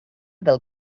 del